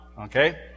okay